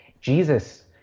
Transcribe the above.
Jesus